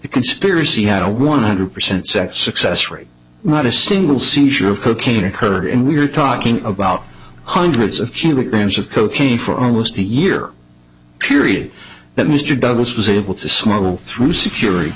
conspiracy had a one hundred percent sex success rate not a single seizure of cocaine occurred and we're talking about hundreds of kilograms of cocaine for almost a year period that mr douglas was able to smuggle through security